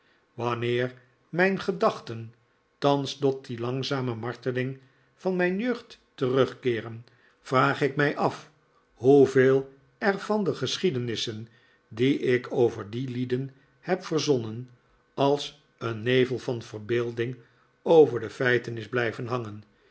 wanneer mijn gedachten thans tot die langzame marteling van mijn jeugd terugkeeren vraag ik mij af hoeveel er van de geschiedenissen die ik over die lieden heb verzonnen als een nevel van verbeelding over de feiten is blijven hangen